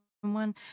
one